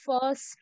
first